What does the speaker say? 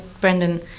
Brendan